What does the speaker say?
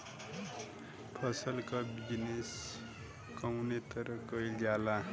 फसल क बिजनेस कउने तरह कईल जाला?